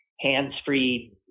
hands-free